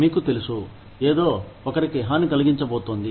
మీకు తెలుసు ఏదో ఒకరికి హానీకలిగించబోతోంది